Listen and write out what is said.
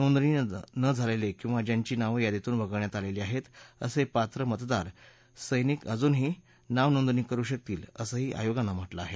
नोंदणी न झालेले किवा ज्यांची नावं यादीतून वगळण्यात आलेली आहेत असे पात्र मतदार सैनिक अजूनही नाव नोंदणी करु शकतील असंही आयोगानं म्हटलं आहे